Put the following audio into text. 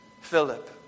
Philip